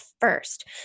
first